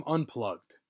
Unplugged